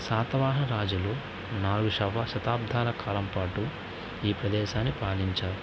శాతవాహన రాజులు నాలుగు షవా శతాబ్దాల కాలం పాటు ఈ ప్రదేశాన్ని పాలించారు